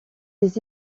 les